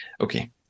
Okay